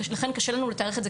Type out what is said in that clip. לכן קשה לנו לתארך את זה.